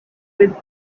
with